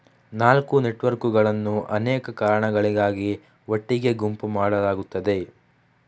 ನಾಲ್ಕು ನೆಟ್ವರ್ಕುಗಳನ್ನು ಅನೇಕ ಕಾರಣಗಳಿಗಾಗಿ ಒಟ್ಟಿಗೆ ಗುಂಪು ಮಾಡಲಾಗುತ್ತದೆ